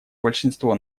большинство